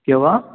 क्या हुआ